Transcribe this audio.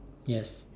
yes